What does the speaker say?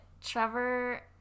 Trevor